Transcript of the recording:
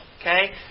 okay